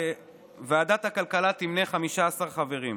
ועדת הכלכלה תמנה 15 חברים: